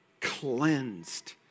cleansed